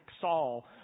Saul